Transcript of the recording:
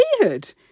weird